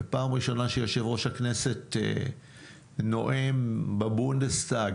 פעם ראשונה שיושב-ראש הכנסת נואם בבונדסטאג